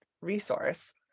resource